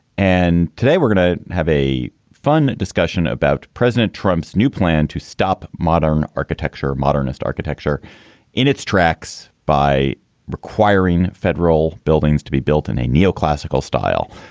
and today we're gonna have a fun discussion about president trump's new plan to stop modern architecture, modernist architecture in its tracks by requiring federal buildings to be built in a neoclassical style.